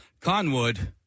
Conwood